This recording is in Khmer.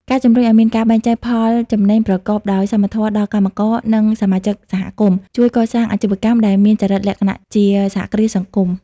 ការជំរុញឱ្យមានការបែងចែកផលចំណេញប្រកបដោយសមធម៌ដល់កម្មករ និងសមាជិកសហគមន៍ ជួយកសាងអាជីវកម្មដែលមានចរិតលក្ខណៈជា "សហគ្រាសសង្គម"